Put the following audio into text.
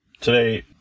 today